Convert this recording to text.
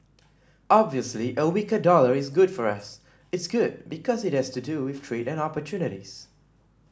obviously a weaker dollar is good for us it's good because it has to do with trade and opportunities